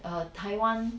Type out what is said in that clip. err taiwan